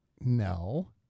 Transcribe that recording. No